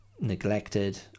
neglected